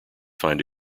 find